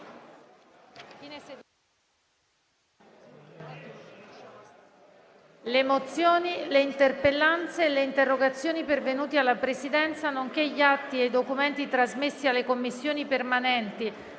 Le mozioni, le interpellanze e le interrogazioni pervenute alla Presidenza, nonché gli atti e i documenti trasmessi alle Commissioni permanenti